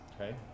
Okay